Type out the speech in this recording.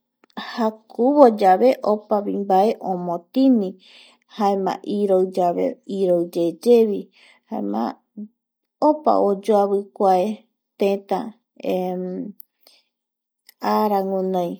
jakuvoyave opa mbae omotini jaema iroi yave iroiyeyevi jaema opa oyoavi kua teta ara guinoi